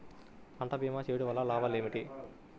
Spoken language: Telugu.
పంట భీమా చేయుటవల్ల లాభాలు ఏమిటి?